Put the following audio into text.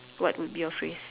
what would be your phrase